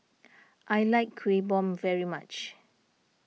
I like Kueh Bom very much